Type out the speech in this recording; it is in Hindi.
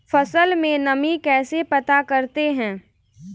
फसल में नमी कैसे पता करते हैं?